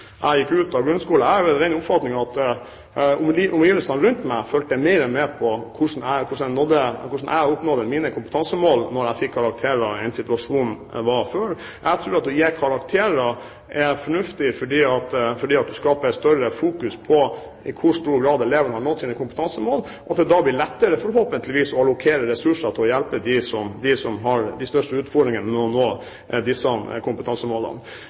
at omgivelsene rundt meg fulgte mer med på hvordan jeg nådde mine kompetansemål da jeg fikk karakterer, enn i situasjonen før. Jeg tror at å gi karakterer er fornuftig fordi du skaper større fokus på i hvor stor grad elevene har nådd sine kompetansemål, og det blir da lettere, forhåpentligvis, å allokere ressurser til å hjelpe dem som har de største utfordringene med å nå disse kompetansemålene.